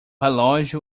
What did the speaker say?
relógio